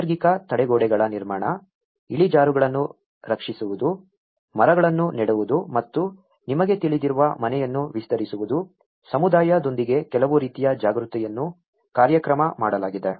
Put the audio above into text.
ನೈಸರ್ಗಿಕ ತಡೆಗೋಡೆಗಳ ನಿರ್ಮಾಣ ಇಳಿಜಾರುಗಳನ್ನು ರಕ್ಷಿಸುವುದು ಮರಗಳನ್ನು ನೆಡುವುದು ಮತ್ತು ನಿಮಗೆ ತಿಳಿದಿರುವ ಮನೆಯನ್ನು ವಿಸ್ತರಿಸುವುದು ಸಮುದಾಯದೊಂದಿಗೆ ಕೆಲವು ರೀತಿಯ ಜಾಗೃತಿಯನ್ನು ಕಾರ್ಯಕ್ರಮ ಮಾಡಲಾಗಿದೆ